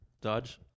Dodge